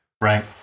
Right